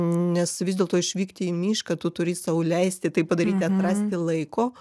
nes vis dėlto išvykti į mišką tu turi sau leisti tai padaryti atrasti laiko